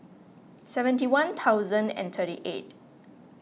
seventy one thousand and thirty eight